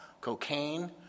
cocaine